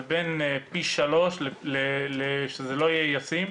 זה בין פי 3 ל-לא ישים.